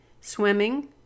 swimming